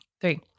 Three